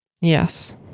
Yes